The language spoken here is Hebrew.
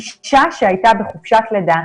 אישה שהייתה בחופשת לידה,